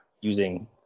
using